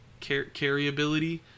carryability